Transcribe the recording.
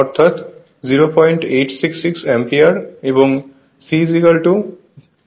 অর্থাৎ 0866 অ্যাম্পিয়ার এবং c 200400